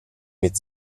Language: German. mit